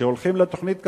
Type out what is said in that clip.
כשהולכים לתוכנית כזו,